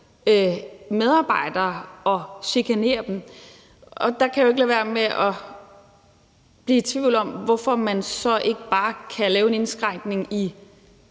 medarbejdere og chikanere dem. Der kan jeg jo ikke lade være med at blive i tvivl om, hvorfor man så ikke bare kan lave en indskrænkning i